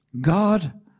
God